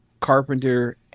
Carpenter